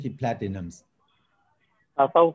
platinums